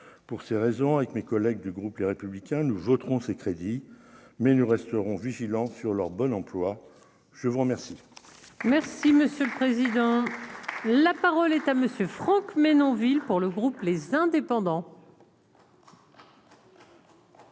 pour ces raisons, avec mes collègues du groupe Les Républicains nous voterons ces crédits mais nous resterons vigilants sur leur bonne emploi je vous remercie. Merci monsieur le président, la parole est à monsieur Franck Menonville pour le groupe, les indépendants.